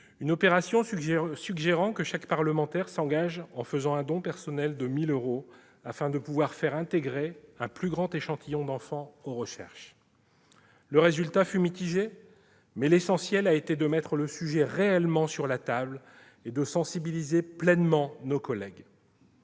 une opération visant à ce que chaque parlementaire s'engage en faisant un don personnel de 1 000 euros afin d'intégrer un plus grand échantillon d'enfants aux recherches. Le résultat fut mitigé, mais l'essentiel est que l'on ait mis réellement le sujet sur la table et sensibilisé pleinement nos collègues.